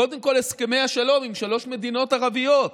קודם כול, הסכמי השלום עם שלוש מדינות ערביות,